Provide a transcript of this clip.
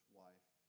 wife